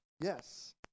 yes